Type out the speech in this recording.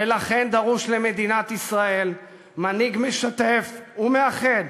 לכן דרוש למדינת ישראל מנהיג משתף ומאחד,